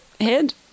head